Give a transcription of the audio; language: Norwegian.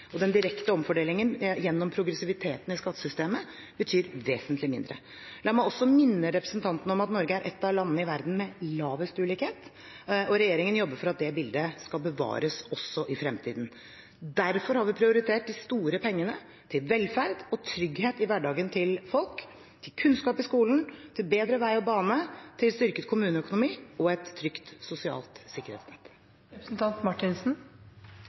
Den direkte omfordelingen gjennom progressiviteten i skattesystemet betyr vesentlig mindre. La meg også minne representanten om at Norge er et av landene i verden med lavest ulikhet, og regjeringen jobber for at det bildet skal bevares også i fremtiden. Derfor har vi prioritert de store pengene til velferd og trygghet i hverdagen til folk – til kunnskap i skolen, til bedre vei og bane, til styrket kommuneøkonomi og til et trygt sosialt sikkerhetsnett.